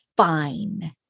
fine